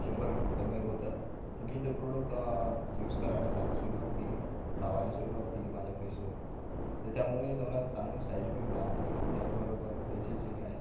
शंभर एम एल होतं तर मी ते प्रोडक यूस करायला साधच सुरुवात केली लावायला सुरुवात केली माझ्या फेसवर तर त्यामुणे जरा चांगले साईड इफेक्ट जाणवले त्याचबरोबर त्याचे जे हे आहे